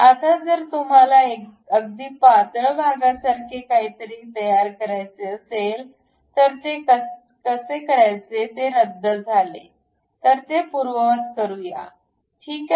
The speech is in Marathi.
आता जर तुम्हाला अगदी पातळ भागासारखे काहीतरी तयार करायचे असेल तर ते कसे करायचे ते रद्द झाले तर हे पूर्ववत करूया ठीक आहे